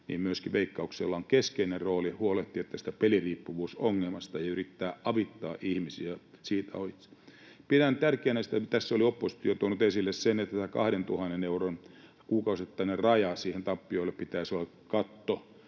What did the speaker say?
myöskin Veikkauksella on keskeinen rooli huolehtia tästä peliriippuvuusongelmasta ja yrittää avittaa ihmisiä siitä ohitse. Tässä on oppositio tuonut esille sen, että tämä 2 000 euron kuukausittainen raja sille tappiolle pitäisi olla katto,